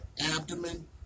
abdomen